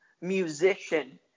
musician